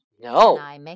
No